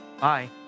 Bye